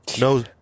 No